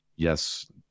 Yes